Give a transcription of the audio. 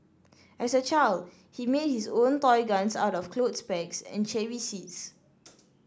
as a child he made his own toy guns out of clothes pegs and cherry seeds